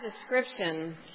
description